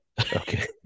okay